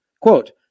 Quote